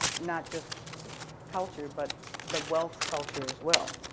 not just culture but the wealth culture as well,